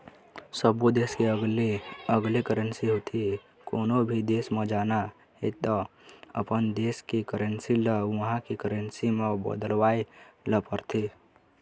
सब्बो देस के अलगे अलगे करेंसी होथे, कोनो भी देस म जाना हे त अपन देस के करेंसी ल उहां के करेंसी म बदलवाए ल परथे